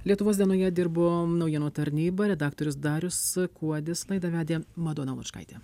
lietuvos dienoje dirbo naujienų tarnyba redaktorius darius kuodis laidą vedė madona lučkaitė